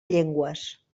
llengües